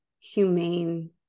humane